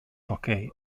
hockey